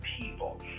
people